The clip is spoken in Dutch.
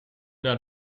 naar